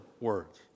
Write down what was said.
words